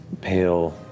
pale